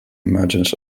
emergence